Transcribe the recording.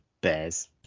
bears